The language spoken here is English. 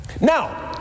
Now